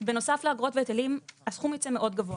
בנוסף לאגרות והיטלים הסכום יוצא מאוד גבוה.